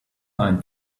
line